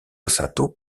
sato